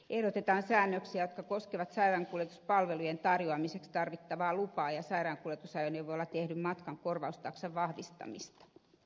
ehdotetaan säännöksiä jotka koskevat sairaankuljetuspalvelujen tarjoamiseksi tarvittavaa lupaa ja sairaankuljetusajoneuvolla tehdyn matkan korvaustaksan vahvistamista